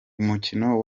umukino